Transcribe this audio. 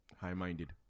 High-minded